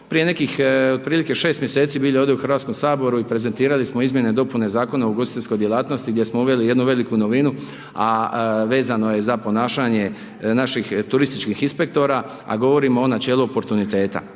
prije nekih otprilike 6 mjeseci bili ovdje u HS i prezentirali smo izmjene i dopune Zakona o ugostiteljskoj djelatnosti gdje smo uveli jednu veliku novinu, a vezano je za ponašanje naših turističkih inspektora, a govorimo o načelu portuniteta.